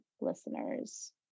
listeners